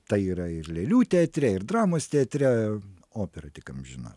tai yra ir lėlių teatre ir dramos teatre opera tik amžina